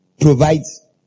provides